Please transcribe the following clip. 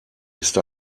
ist